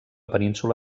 península